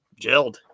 Gelled